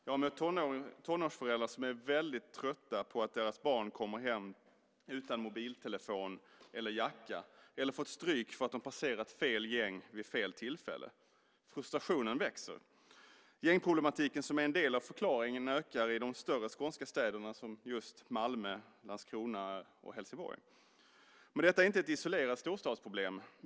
Jag vet tonårsföräldrar som är väldigt trötta på att deras barn kommer hem utan mobiltelefon eller jacka eller har fått stryk för att de passerat fel gäng vid fel tillfälle. Frustrationen växer. Gängproblematiken, som är en del av förklaringen, ökar i de större skånska städerna som just Malmö, Landskrona och Helsingborg. Men detta är inte ett isolerat storstadsproblem.